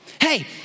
Hey